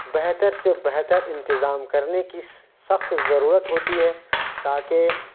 بہتر سے بہتر انتظام کرنے کی سخت ضرورت ہوتی ہے تاکہ